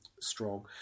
strong